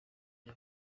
bya